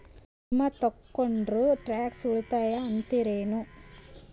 ವಿಮಾ ತೊಗೊಂಡ್ರ ಟ್ಯಾಕ್ಸ ಉಳಿತದ ಅಂತಿರೇನು?